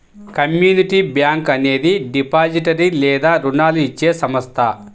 community bank అనేది depository లేదా రుణాలు ఇచ్చే సంస్థ